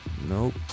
Nope